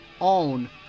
own